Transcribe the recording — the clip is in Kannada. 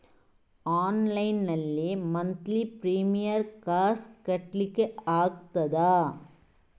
ಆನ್ಲೈನ್ ನಲ್ಲಿ ಮಂತ್ಲಿ ಪ್ರೀಮಿಯರ್ ಕಾಸ್ ಕಟ್ಲಿಕ್ಕೆ ಆಗ್ತದಾ?